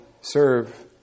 serve